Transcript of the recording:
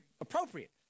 appropriate